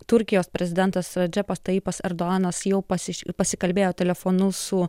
turkijos prezidentas džepas tajipas erdoanas jau pasis pasikalbėjo telefonu su